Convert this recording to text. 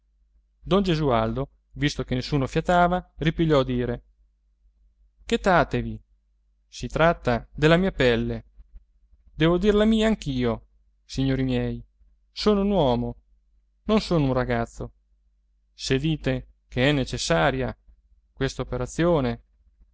don gesualdo visto che nessuno fiatava ripigliò a dire chetatevi si tratta della mia pelle devo dir la mia anch'io signori miei sono un uomo non sono un ragazzo se dite ch'è necessaria questa operazione